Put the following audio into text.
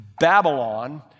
Babylon